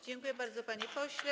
Dziękuję bardzo, panie pośle.